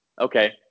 okay